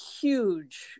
huge